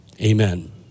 Amen